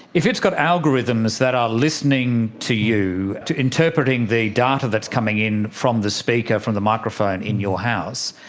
if it's got algorithms that are listening to you, interpreting the data that is coming in from the speaker, from the microphone in your house,